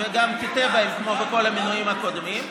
וגם תטעה בהם כמו בכל המינויים הקודמים.